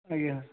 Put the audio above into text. ଆଜ୍ଞା